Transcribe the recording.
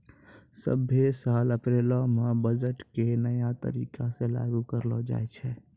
सभ्भे साल अप्रैलो मे बजट के नया तरीका से लागू करलो जाय छै